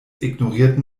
ignoriert